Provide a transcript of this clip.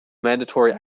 mandatory